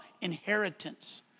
inheritance